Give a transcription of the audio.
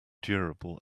durable